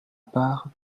part